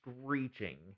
screeching